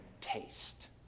taste